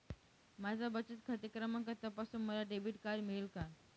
माझा बचत खाते क्रमांक तपासून मला डेबिट कार्ड मिळेल का?